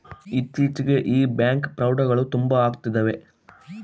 ಇತ್ತೀಚಿಗೆ ಈ ಬ್ಯಾಂಕ್ ಫ್ರೌಡ್ಗಳು ತುಂಬಾ ಅಗ್ತಿದವೆ